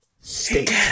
state